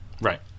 Right